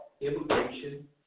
immigration